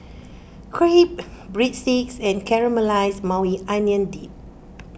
Crepe Breadsticks and Caramelized Maui Onion Dip